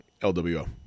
LWO